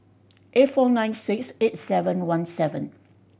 eight four nine six eight seven one seven